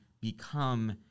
become